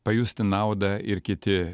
pajusti naudą ir kiti